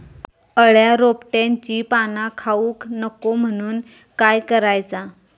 अळ्या रोपट्यांची पाना खाऊक नको म्हणून काय करायचा?